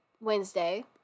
Wednesday